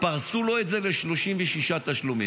פרסו לו את זה ל-36 תשלומים.